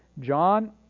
John